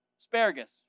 asparagus